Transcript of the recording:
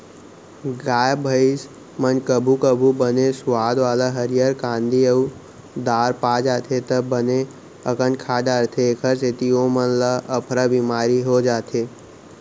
गाय भईंस मन कभू कभू बने सुवाद वाला हरियर कांदी अउ दार पा जाथें त बने अकन खा डारथें एकर सेती ओमन ल अफरा बिमारी हो जाथे